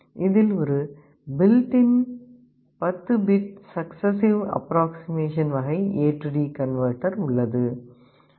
இதில் ஒரு built in 10 bit successive approximation வகை AD converter Successive approximation type AD converter உள்ளது